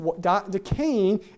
decaying